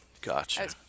gotcha